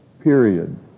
period